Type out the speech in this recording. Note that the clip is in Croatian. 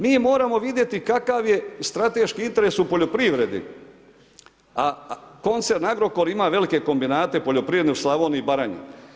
Mi moramo vidjeti kakav je strateški interes u poljoprivredi, a koncern Agrokor ima velike kombinate poljoprivrede u Slavoniji i Baranji.